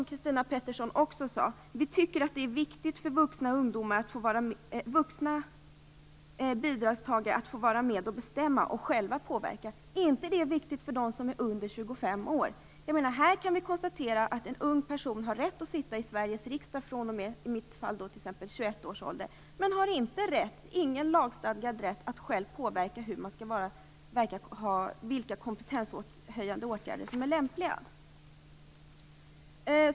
Christina Pettersson sade också: Vi tycker att det är viktigt för vuxna bidragstagare att själva få påverka och vara med om att bestämma. Är det inte viktigt för dem som är under 25 år? Vi kan konstatera att en ung person har rätt att sitta i Sveriges riksdag fr.o.m., som t.ex. i mitt fall, 21 års ålder men inte har någon lagstadgad rätt att själv påverka vilka kompetenshöjande åtgärder som är lämpliga i det egna fallet.